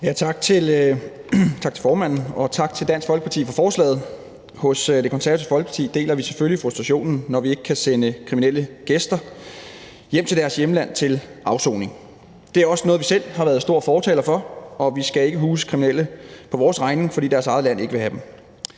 tak til formanden, og tak til Dansk Folkeparti for forslaget. Hos Det Konservative Folkeparti deler vi selvfølgelig frustrationen, når vi ikke kan sende kriminelle hjem til deres hjemlande til afsoning. Det er også noget, som vi selv har været stor fortaler for. Vi skal ikke huse kriminelle på vores regning, fordi deres eget land ikke vil have dem.